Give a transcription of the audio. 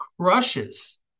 crushes